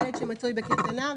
ילד שמצוי בקייטנה,